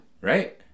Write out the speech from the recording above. Right